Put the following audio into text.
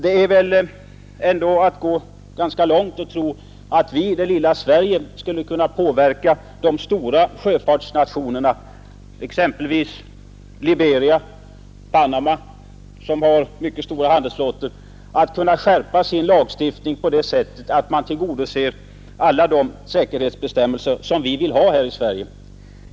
Det är väl ändå att gå ganska långt om man tror att vi i det lilla Sverige skulle kunna påverka de stora sjöfartsnationerna, exempelvis Liberia och Panama, som har stora handelsflottor, att skärpa sin lagstiftning så att man tillgodoser alla de säkerhetsbestämmelser som vi har här i Sverige.